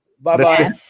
Bye-bye